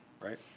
Right